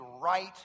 right